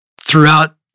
throughout